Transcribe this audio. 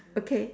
okay